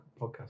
podcast